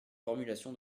formulation